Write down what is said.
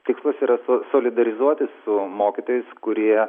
tikslas yra solidarizuotis su mokytojais kurie